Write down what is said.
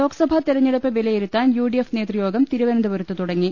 ലോക്സഭാ തെരഞ്ഞെടുപ്പ് വിലയിരുത്താൻ യുഡിഎഫ് നേതൃയോഗം തിരുവനന്തപുരത്ത് തുടങ്ങി